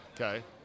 Okay